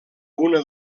una